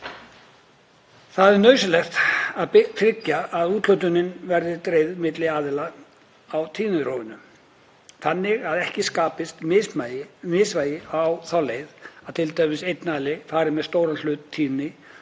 Það er nauðsynlegt að tryggja að úthlutunin verði dreifð milli aðila á tíðnirófinu þannig að ekki skapist misvægi á þá leið að t.d. einn aðili fari með stóran hlut tíðni